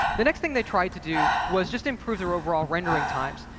the next thing they tried to do was just improve their overall rendering times.